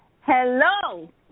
Hello